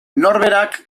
norberak